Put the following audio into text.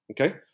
Okay